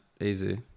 easy